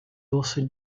also